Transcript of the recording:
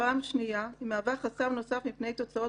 פעם שנייה היא מהווה חסם נוסף מפני תוצאות